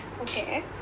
okay